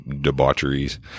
debaucheries